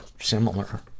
similar